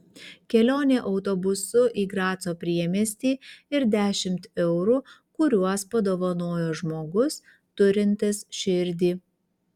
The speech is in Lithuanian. kelionė autobusu į graco priemiestį ir dešimt eurų kuriuos padovanojo žmogus turintis širdį